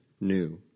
new